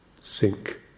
sink